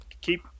keep